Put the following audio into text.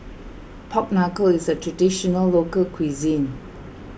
Pork Knuckle is a Traditional Local Cuisine